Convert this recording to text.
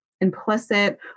implicit